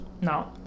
No